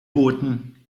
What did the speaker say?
booten